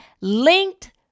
linked